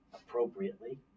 appropriately